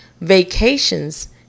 vacations